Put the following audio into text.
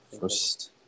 First